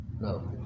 no